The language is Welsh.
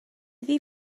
iddi